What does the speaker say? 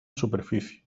superficie